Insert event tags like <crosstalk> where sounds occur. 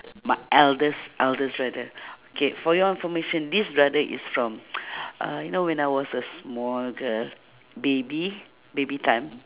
my eldest eldest brother okay for your information this brother is from <noise> <breath> uh you know when I was a small girl baby baby time